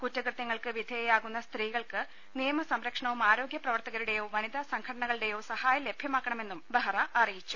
കുറ്റകൃത്യങ്ങൾക്ക് വിധേയയാകുന്ന സ്ത്രീകൾക്ക് നിയമസംരക്ഷണവും ആരോഗ്യ പ്രവർത്തകരുടെയോ വനിതാ സംഘടനകളുടെയോ സഹായം ലഭ്യമാക്കണമെന്നും ബെഹ്റ അറിയിച്ചു